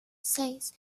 seis